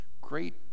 great